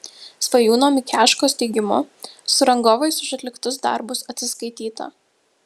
svajūno mikeškos teigimu su rangovais už atliktus darbus atsiskaityta